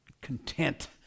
content